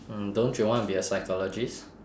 mm don't you want to be a psychologist